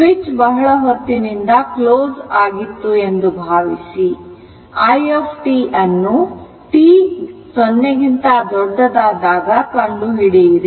switch ಬಹಳ ಹೊತ್ತಿನಿಂದ close ಆಗಿರುತ್ತದೆ ಎಂದು ಭಾವಿಸಿ i ಅನ್ನುt0 ಗೆ ಕಂಡುಹಿಡಿಯಿರಿ